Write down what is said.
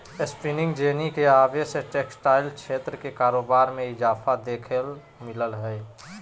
spinning jenny के आवे से टेक्सटाइल क्षेत्र के कारोबार मे इजाफा देखे ल मिल लय हें